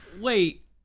Wait